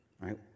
right